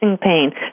pain